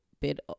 bit